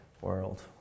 world